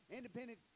independent